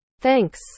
Thanks